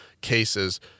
cases